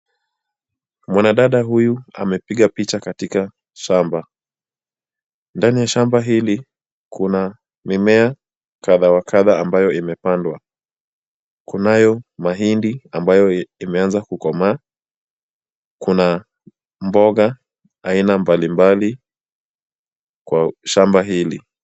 Mwanadada huyu amepiga picha katika shamba. Ndani ya shamba hili kuna mimea kadha wa kadha ambayo imepandwa. Kunayo mahindi ambayo imeanza kukomaa, kuna mboga aina mbalimbali kwa shamba hili.